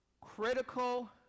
critical